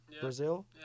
Brazil